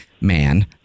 man